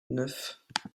neuf